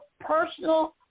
personal